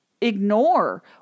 ignore